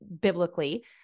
biblically